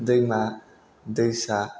दैमा दैसा